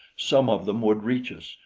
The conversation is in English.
some of them would reach us,